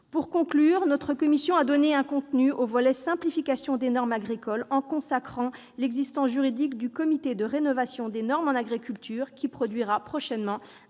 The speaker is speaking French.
Pour conclure, la commission a donné un contenu au volet simplification des normes agricoles, en consacrant l'existence juridique du comité de rénovations des normes en agriculture, qui produira prochainement